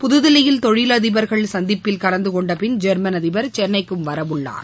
புத்தில்லியில தொழிலதிபர்கள் சந்திப்பில் கலந்துகொண்டபிள் ஜெர்மன் அதிபர் சென்னைக்கும் வரவுள்ளார்